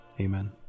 Amen